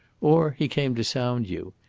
or he came to sound you.